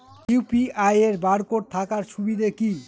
UPI এর barcode থাকার সুবিধে কি?